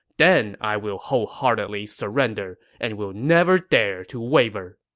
then i will wholeheartedly surrender and will never dare to waver.